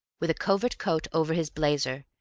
with a covert coat over his blazer,